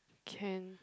can